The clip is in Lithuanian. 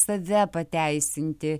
save pateisinti